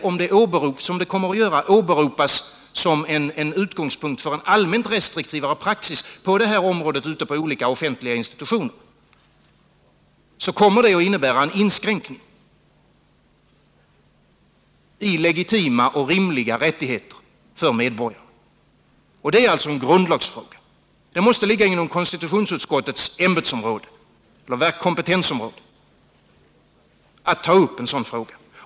Om detta — som det kommer att göra — åberopas som utgångspunkt för en allmänt mera restriktiv praxis på det här området ute på offentliga institutioner, kommer det att innebära en inskränkning i legitima och rimliga rättigheter för medborgarna. Det är alltså en grundlagsfråga, och det måste ligga inom konstitutionsutskottets kompetensområde att ta upp en sådan fråga.